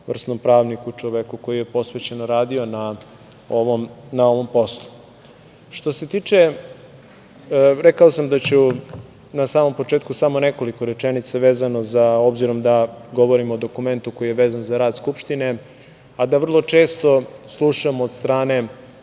vrsnom pravniku i čoveku koji je posvećeno radio na ovom poslu. Što se tiče, rekao sam da ću na samom početku samo nekoliko rečenica vezano, obzirom da govorim o dokumentu koji je vezan za rad Skupštine, a da vrlo često slušamo od strane